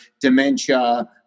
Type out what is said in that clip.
dementia